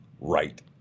right